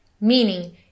meaning